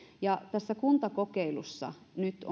tässä kuntakokeilussa nyt